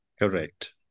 Correct